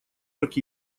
как